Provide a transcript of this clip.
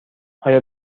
آیا